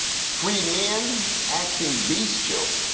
free men acting bestial.